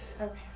Okay